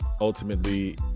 ultimately